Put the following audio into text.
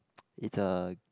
it's a